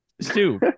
Stu